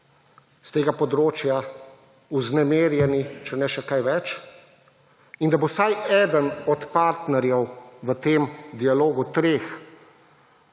s tega področja vznemirjeni, če ne še kaj več, in da bo vsaj eden od partnerjev v tem dialogu treh